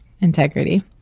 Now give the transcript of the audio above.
Integrity